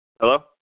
Hello